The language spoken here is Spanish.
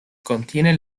contienen